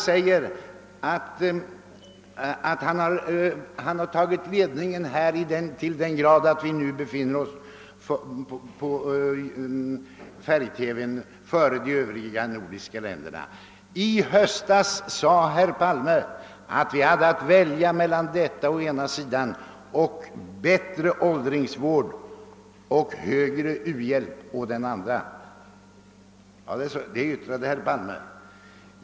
Herr Palme säger nu beträffande färg TV att vi har tagit ledningen före de övriga nordiska länderna. I höstas sade herr Palme att vårt val stod mellan detta å ena sidan och bättre åldringsvård och högre u-hjälp å den andra. Det yttrade faktiskt herr Palme.